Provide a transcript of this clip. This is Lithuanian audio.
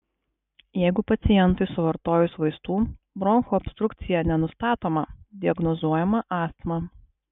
jeigu pacientui suvartojus vaistų bronchų obstrukcija nenustatoma diagnozuojama astma